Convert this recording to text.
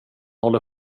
håller